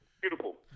beautiful